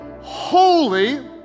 holy